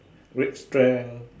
great strength